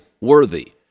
worthy